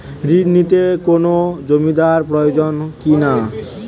ঋণ নিতে কোনো জমিন্দার প্রয়োজন কি না?